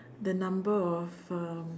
the number of um